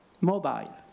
Mobile